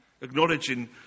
acknowledging